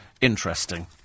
interesting